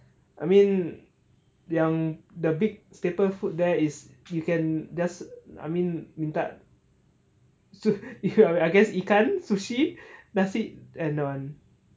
I mean yang the big staple food there is you can just I mean minta so I guess ikan sushi nasi and one